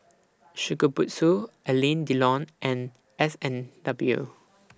Shokubutsu Alain Delon and S and W